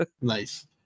nice